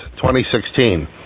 2016